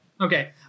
Okay